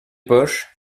poches